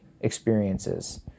experiences